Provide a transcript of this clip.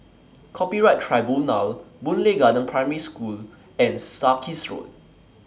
Copyright Tribunal Boon Lay Garden Primary School and Sarkies Road